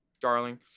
darling